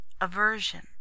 aversion